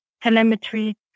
telemetry